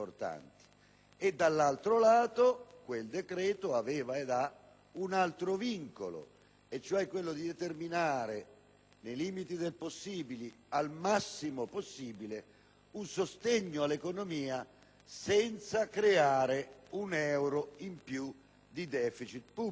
d'altro canto, quel decreto aveva ed ha un altro vincolo, cioè quello di determinare, (nei limiti del possibile, al massimo possibile) un sostegno all'economia senza creare un euro in più di deficit pubblico.